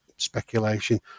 speculation